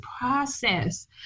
process